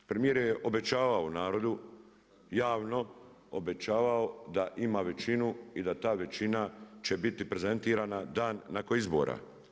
Premijer je obećavao narodu, javno obećavao da ima većinu i da ta većina će biti prezentirana dan nakon izbora.